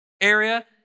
area